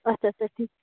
اچھا اچھا ٹھیٖک